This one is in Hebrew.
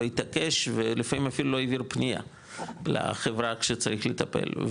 התעקש ולפעמים אפילו לא העביר פנייה לחברה כשצריך לטפל.